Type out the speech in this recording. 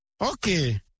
Okay